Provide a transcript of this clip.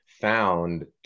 found